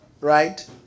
right